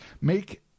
make